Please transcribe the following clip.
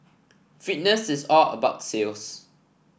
fitness is all about sales